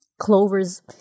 Clover's